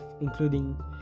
including